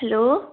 hello